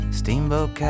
steamboat